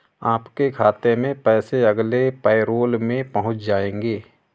आपके खाते में पैसे अगले पैरोल में पहुँच जाएंगे